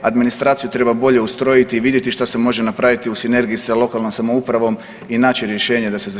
Administraciju treba bolje ustrojiti i vidjeti što se može napraviti u sinergiji sa lokalnom samoupravom i naći rješenje da se zaštiti prostor.